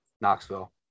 Knoxville